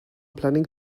planning